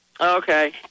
Okay